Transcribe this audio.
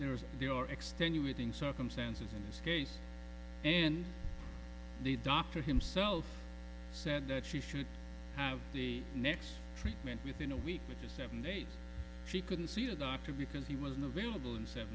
there is there are extenuating circumstances in this case and the doctor himself said that she should have the next treatment within a week which is seven days she couldn't see the doctor because he wasn't available and said